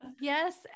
Yes